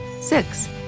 Six